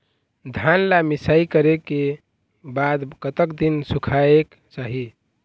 धान ला मिसाई करे के बाद कतक दिन सुखायेक चाही?